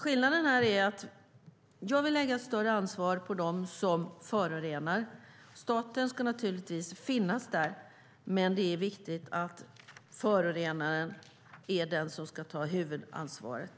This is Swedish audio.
Skillnaden är att jag vill lägga större ansvar på dem som förorenar. Staten ska naturligtvis finnas där, men det är viktigt att förorenaren är den som ska ta huvudansvaret.